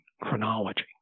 chronology